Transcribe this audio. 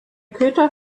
köter